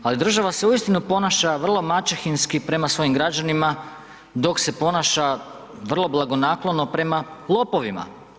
Ali država se uistinu ponaša vrlo maćehinski prema svojim građanima dok se ponaša vrlo blagonaklono prema lopovima.